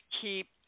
keep